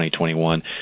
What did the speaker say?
2021